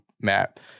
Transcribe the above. map